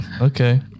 okay